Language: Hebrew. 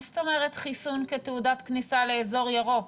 מה זאת אומרת חיסון כתעודת כניסה לאזור ירוק?